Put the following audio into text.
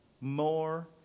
more